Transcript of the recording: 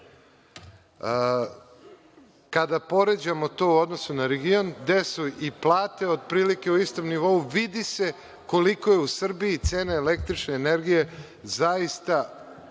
poređamo to u odnosu na region, gde su i plate otprilike u istom nivou, vidi se koliko je u Srbiji cena električne energije zaista